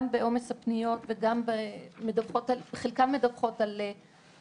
גם בעומס בפניות וחלקן מדווחות גם על החמרה